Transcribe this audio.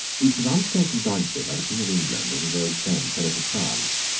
it was undertaken jointly by the king of england and his old friend philip of france.